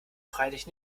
freilich